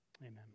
Amen